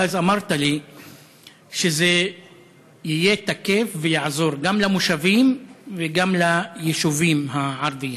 ואז אמרת לי שזה יהיה תקף ויעזור גם למושבים וגם ליישובים הערביים.